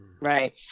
Right